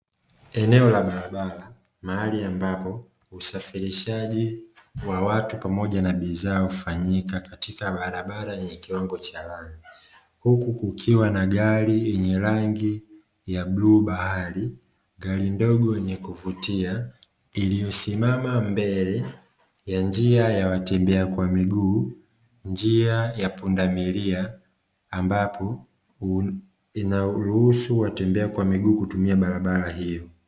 Eneo la barabara mahali ambapo usafirishaji wa watu pamoja na bidhaa hufanyika katika barabara yenye kiwango cha lami, huku kukiwa na gari yenye rangi ya bluu bahari. Gari ndogo yenye kuvutia iliyosimama mbele ya njia ya watembea kwa miguu, njia ya pundamilia ambapo inaruhusu watembea kwa miguu kutumia barabara hiyo.